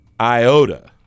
iota